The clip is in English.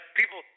people